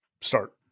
start